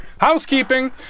Housekeeping